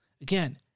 Again